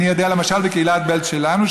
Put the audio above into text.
אני יודע למשל שבקהילת בעלז שלנו,